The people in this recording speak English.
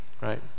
right